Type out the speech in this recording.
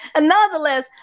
nonetheless